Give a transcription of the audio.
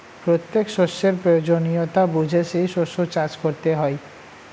প্রত্যেক শস্যের প্রয়োজনীয়তা বুঝে সেই শস্য চাষ করতে হয়